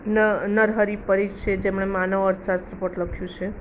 નરહરિ પરીખ છે જેમણે માનવ અર્થશાસ્ત્ર પર લખ્યું છે